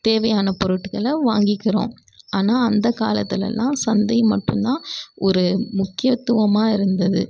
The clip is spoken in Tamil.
தேவையானப் பொருட்டுகளை வாங்கிக்கிறோம் ஆனால் அந்த காலத்திலலாம் சந்தை மட்டும் தான் ஒரு முக்கியத்துவமாக இருந்தது